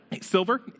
silver